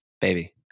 baby